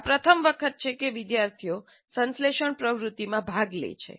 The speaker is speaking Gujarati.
આ પ્રથમ વખત છે કે વિદ્યાર્થીઓ સંશ્લેષણ પ્રવૃત્તિમાં ભાગ લે છે